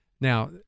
Now